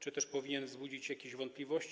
czy też powinien budzić jakieś wątpliwości.